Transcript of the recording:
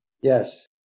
Yes